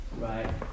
right